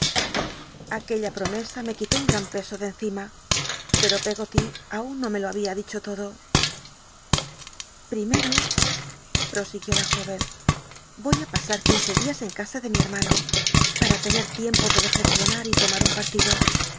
aquella promesa me quitó un gran peso de encima pero peggoty aun no me lo babia dicho todo primero prosiguió la jóven voy á pasar quince dias en c asa de mi hermano para tener tiempo de reflexionar y tomar un partido